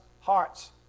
hearts